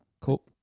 Cool